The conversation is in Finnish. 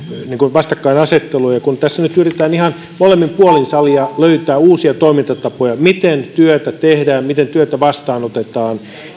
vastakkainasettelua tässä nyt yritetään ihan molemmin puolin salia löytää uusia toimintatapoja miten työtä tehdään miten työtä vastaanotetaan